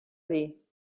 dir